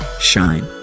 shine